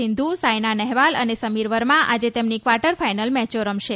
સિંધુ સાઈના નહેવાલ અને સમીર વર્મા આજે તેમની ક્વાર્ટર ફાઈનલ મેચો રમશે